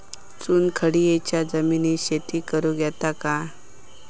चुनखडीयेच्या जमिनीत शेती करुक येता काय?